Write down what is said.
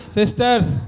sisters